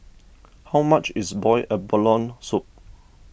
how much is Boiled Abalone Soup